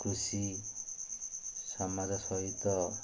କୃଷି ସମାଜ ସହିତ